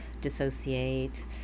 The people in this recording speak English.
dissociate